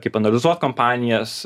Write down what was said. kaip analizuot kompanijas